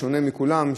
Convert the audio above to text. בשונה מכולם,